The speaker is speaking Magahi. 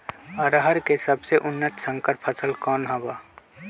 अरहर के सबसे उन्नत संकर फसल कौन हव?